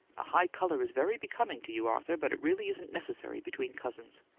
a high colour's very becoming to you, arthur but it really isn't necessary between cousins.